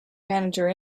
manager